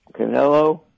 Canelo